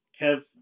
Kev